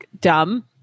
dumb